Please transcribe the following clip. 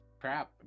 crap